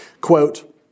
Quote